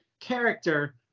character